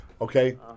Okay